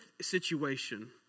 situation